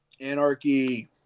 Anarchy